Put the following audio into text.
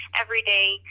everyday